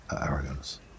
arrogance